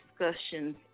discussions